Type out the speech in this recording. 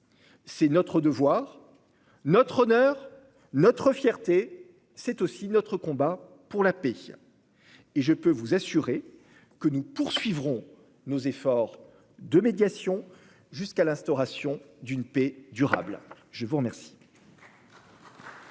C'est notre devoir, notre honneur, notre fierté. C'est aussi notre combat pour la paix. Je puis vous assurer que nous poursuivrons nos efforts de médiation jusqu'à l'instauration d'une paix durable. La discussion